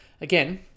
Again